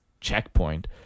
checkpoint